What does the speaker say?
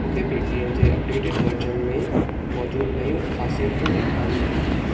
मूंखे पेटीएम जे अपडेटिडु वर्जन में मौजूदु नयूं ख़ासियतूं ॾेखारियो